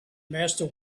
master